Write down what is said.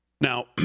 Now